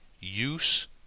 use